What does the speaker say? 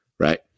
Right